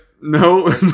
No